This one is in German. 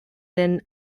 den